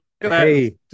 hey